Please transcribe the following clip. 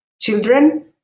children